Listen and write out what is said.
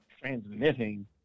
transmitting